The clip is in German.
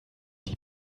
die